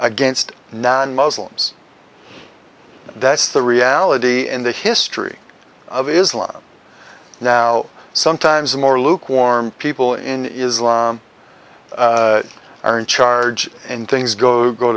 against non muslims that's the reality in the history of islam now sometimes the more lukewarm people in islam are in charge and things go go